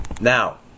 Now